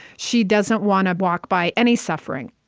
she doesn't want to walk by any suffering.